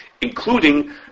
including